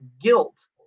guilt